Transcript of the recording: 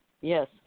Yes